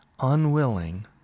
unwilling